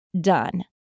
done